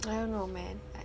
I don't know man